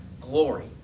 glory